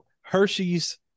Hershey's